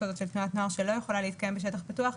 כזאת של תנועת נוער שלא יכולה להתקיים בשטח פתוח,